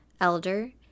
elder